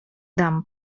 dam